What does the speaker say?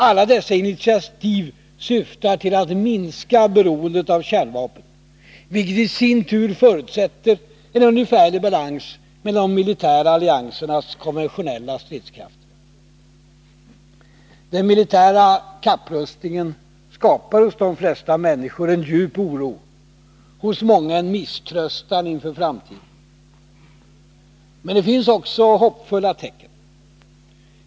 Alla dessa initiativ syftar till att minska beroendet av kärnvapen, vilket i sin tur förutsätter en ungefärlig balans mellan de militära alliansernas konventionella stridskrafter. Den militära kapprustningen skapar hos de flesta människor en djup oro, hos många en misströstan inför framtiden. Men det finns också hoppfulla tecken.